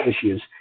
issues